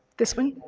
this one?